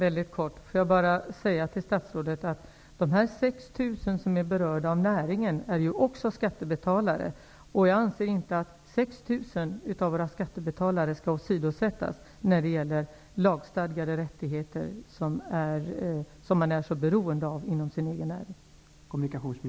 Herr talman! Låt mig mycket kort säga till statsrådet att också de 6 000 som är berörda inom näringen är skattebetalare. Jag anser inte att 6 000 skattebetalares lagstadgade rättigheter skall åsidosättas, rättigheter som man är så beroende av inom sin egen näring.